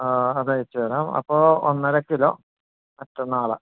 ആ അത് അയച്ചു തരാം അപ്പം ഒന്നര കിലോ മറ്റന്നാളാണ്